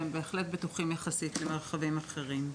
והם בהחלט בטוחים יחסית למרחבים אחרים.